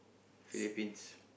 Philippines